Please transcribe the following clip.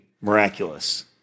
miraculous